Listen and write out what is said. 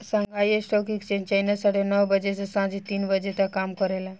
Shanghai stock exchange China साढ़े नौ बजे से सांझ तीन बजे तक काम करेला